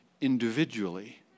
individually